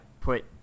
put